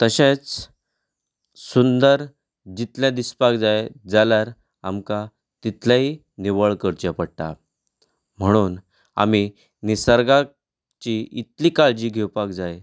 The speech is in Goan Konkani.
तशेंच सुंदर जितलें दिसपाक जाय जाल्यार आमकां तितलेंय निवळ करचें पडटा म्हणून आमी निर्सगाक ची इतली काळजी घेवपाक जाय